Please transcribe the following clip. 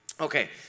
okay